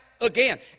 again